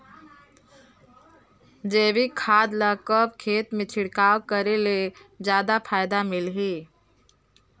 जैविक खाद ल कब खेत मे छिड़काव करे ले जादा फायदा मिलही?